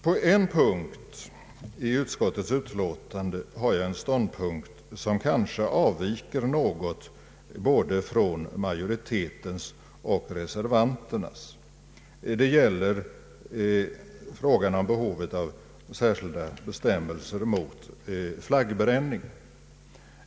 På en punkt i utskottets utlåtande intar jag en ståndpunkt som kanske avviker något från både majoritetens och reservanternas. Det gäller frågan om behovet av särskilda bestämmelser mot flaggbränning.